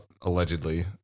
allegedly